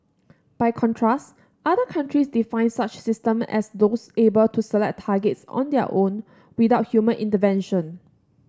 by contrast other countries define such system as those able to select targets on their own without human intervention